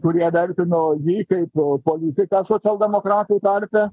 kurie vertino jį kaip po politiką socialdemokratų tarpe